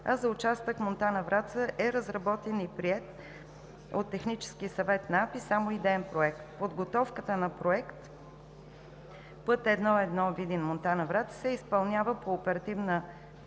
а за участъка Монтана – Враца е разработен и приет от Технически съвет на АПИ само идеен проект. Подготовката на Проект: път 1-1 Видин – Монтана – Враца се изпълнява по Оперативна програма